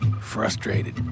frustrated